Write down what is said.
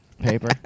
paper